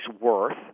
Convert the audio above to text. worth